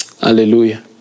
Hallelujah